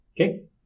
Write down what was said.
Okay